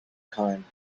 kine